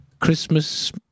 Christmas